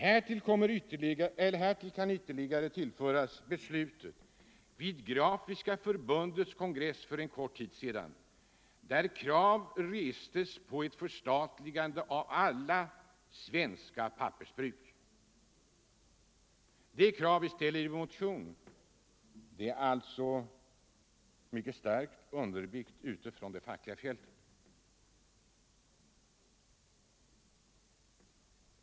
Härtill kan ytterligare läggas beslutet vid Grafiska fackförbundets kongress för en kort tid sedan, där krav restes på ett förstatligande av alla svenska pappersbruk. Det krav vi ställer i motionen är alltså mycket starkt underbyggt ute på det fackliga fältet.